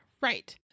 Right